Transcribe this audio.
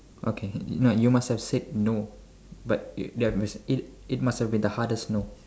okay now you must have said no it it it must have been the hardest no